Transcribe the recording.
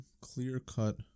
clear-cut